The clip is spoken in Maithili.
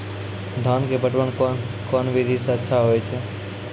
धान के पटवन कोन विधि सै अच्छा होय छै?